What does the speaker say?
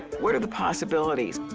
what are the possibilities?